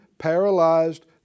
paralyzed